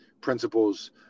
principles